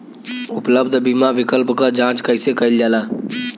उपलब्ध बीमा विकल्प क जांच कैसे कइल जाला?